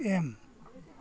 M